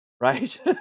Right